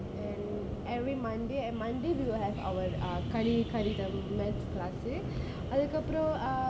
and every monday and monday we will have our கனி கடிதம்:kani kaditham womens class uh